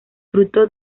fruto